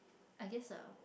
I guess ah